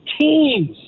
teams